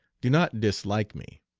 do not dislike me.